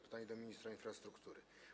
Pytanie do ministra infrastruktury.